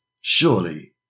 surely